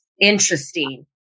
interesting